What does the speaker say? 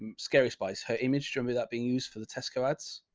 and scary spice. her image drove me that being used for the tesco ads.